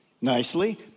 nicely